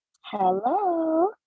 Hello